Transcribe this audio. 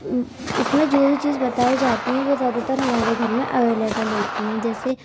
اس میں جو بھی چیز بتائی جاتی ہے وہ زیادہ تر ہمارے گھر میں اویلیبل ہوتی ہیں جیسے